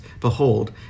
Behold